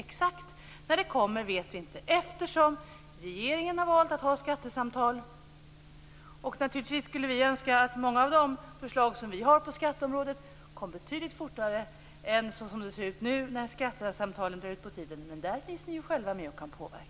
Exakt när detta kommer vet vi inte, eftersom regeringen har valt att föra skattesamtal. Naturligtvis skulle vi önska att många av de förslag som vi har lagt fram på skatteområdet behandlades betydligt fortare än vad de nu ser ut att göra när skattesamtalen drar ut på tiden. Men där finns ni själva med och kan påverka.